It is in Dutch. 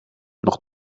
nog